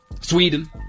Sweden